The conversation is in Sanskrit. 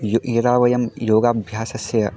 यदा यदा वयं योगाभ्यासस्य